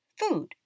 food